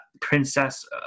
Princess